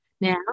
now